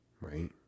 right